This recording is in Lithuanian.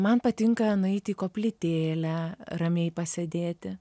man patinka nueiti į koplytėlę ramiai pasėdėti